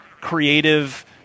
creative